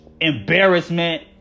embarrassment